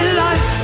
life